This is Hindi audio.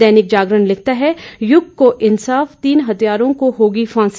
दैनिक जागरण लिखता है युग को इंसाफ तीन हत्यारों को होगी फांसी